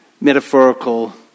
metaphorical